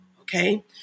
Okay